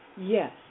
Yes